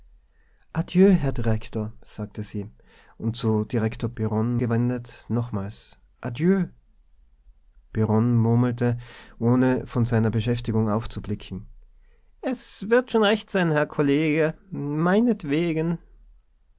herr direktor sagte sie und zu direktor birron gewendet nochmals adjö birron murmelte ohne von seiner beschäftigung aufzublicken es wird schon recht sein herr kollege meinetwegen